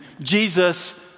Jesus